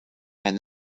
and